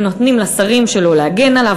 הם נותנים לשרים שלו להגן עליו,